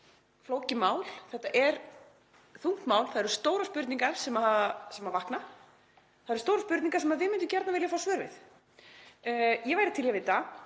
flókið mál. Þetta er þungt mál. Það eru stórar spurningar sem að vakna. Það eru stórar spurningar sem við myndum gjarnan vilja fá svör við. Ég væri til í að vita: